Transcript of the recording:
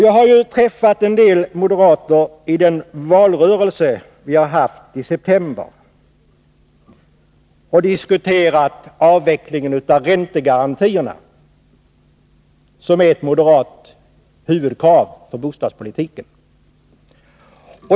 Jag har träffat en del moderater i den valrörelse vi haft i september och diskuterat avvecklingen av räntegarantierna, som är ett moderat huvudkrav för bostadspolitiken.